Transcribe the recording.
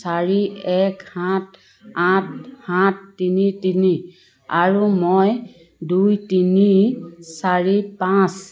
চাৰি এক সাত আঠ সাত তিনি তিনি আৰু মই দুই তিনি চাৰি পাঁচ